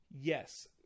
Yes